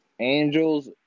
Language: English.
Angels